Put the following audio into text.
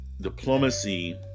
Diplomacy